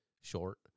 short